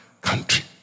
country